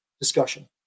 discussion